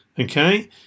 Okay